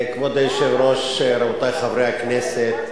כבוד היושב-ראש, רבותי חברי הכנסת,